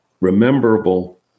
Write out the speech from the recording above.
rememberable